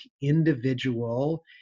individual